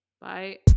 bye